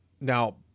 Now